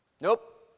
Nope